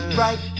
right